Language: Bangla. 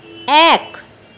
এক